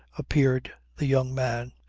appeared the young man,